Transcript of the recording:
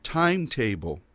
timetable